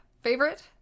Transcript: favorite